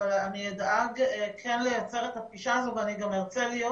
אבל אני אדאג כן לייצר את הפגישה הזאת ואני גם ארצה להיות